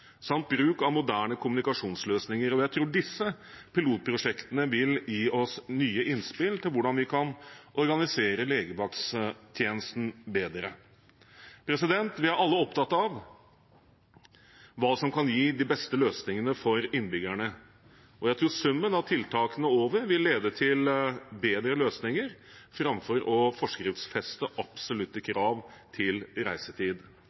samt bruk av moderne kommunikasjonsløsninger. Jeg tror disse pilotprosjektene vil gi oss nye innspill til hvordan vi kan organisere legevakttjenesten bedre. Vi er alle opptatt av hva som kan gi de beste løsningene for innbyggerne. Jeg tror summen av tiltakene over vil lede til bedre løsninger framfor å forskriftsfeste absolutte krav til reisetid.